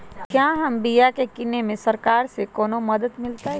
क्या हम बिया की किने में सरकार से कोनो मदद मिलतई?